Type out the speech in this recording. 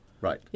Right